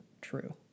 true